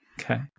Okay